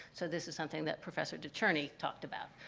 so this is something that professor decherney talked about,